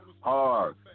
Hard